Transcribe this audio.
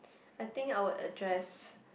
I think I would address